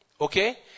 Okay